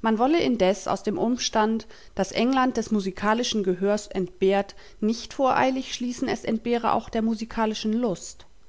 man wolle indes aus dem umstand daß england des musikalischen gehörs entbehrt nicht voreilig schließen es entbehre auch der musikalischen lust